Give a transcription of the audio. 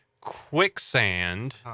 quicksand